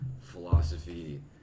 philosophy